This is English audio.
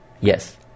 Yes